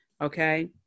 okay